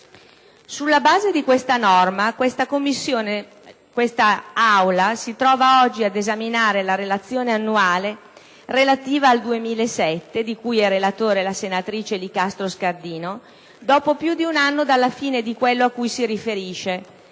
Sulla base di questa norma, l'Aula del Senato si trova oggi a esaminare la relazione annuale relativa al 2007 - di cui è relatrice la senatrice Licastro Scardino - dopo più di un anno dalla fine di quello a cui si riferisce,